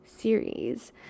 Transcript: series